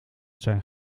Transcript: zijn